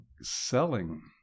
selling